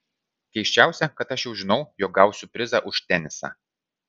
keisčiausia kad aš jau žinau jog gausiu prizą už tenisą